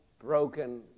broken